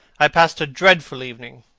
i passed a dreadful evening,